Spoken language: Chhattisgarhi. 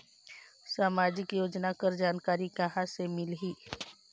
समाजिक योजना कर जानकारी कहाँ से मिलही?